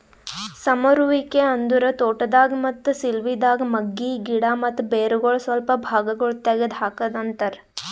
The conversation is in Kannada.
ಸಮರುವಿಕೆ ಅಂದುರ್ ತೋಟದಾಗ್, ಮತ್ತ ಸಿಲ್ವಿದಾಗ್ ಮಗ್ಗಿ, ಗಿಡ ಮತ್ತ ಬೇರಗೊಳ್ ಸ್ವಲ್ಪ ಭಾಗಗೊಳ್ ತೆಗದ್ ಹಾಕದ್ ಅಂತರ್